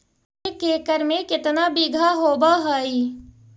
एक एकड़ में केतना बिघा होब हइ?